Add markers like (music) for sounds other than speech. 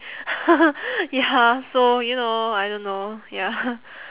(laughs) ya so you know I don't know ya (laughs)